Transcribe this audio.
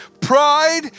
Pride